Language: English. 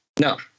No